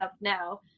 now